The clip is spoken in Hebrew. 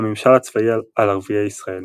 הממשל הצבאי על ערביי ישראל